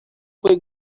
fue